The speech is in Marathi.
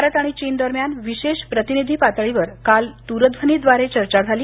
भारत आणि चीनदरम्यान विशेष प्रतिनिधी पातळीवर काल दूरध्वनीद्वारे चर्चा झाली